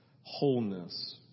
Wholeness